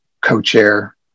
co-chair